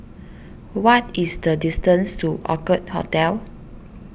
what is the distance to Orchid Hotel